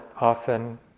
often